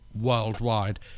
worldwide